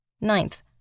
Ninth